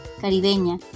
caribeña